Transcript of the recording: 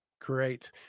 great